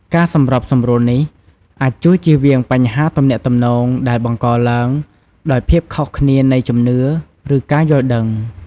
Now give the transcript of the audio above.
ការសម្របសម្រួលនេះអាចជួយជៀសវាងបញ្ហាទំនាក់ទំនងដែលបង្កឡើងដោយភាពខុសគ្នានៃជំនឿ ឬការយល់ដឹង។